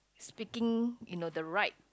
speaking you know the right